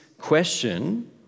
question